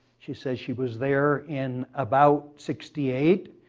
she said she was there in about sixty eight,